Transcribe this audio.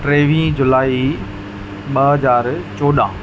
टेवीह जुलाई ॿ हज़ार चोॾहं